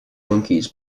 monkeys